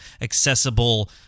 accessible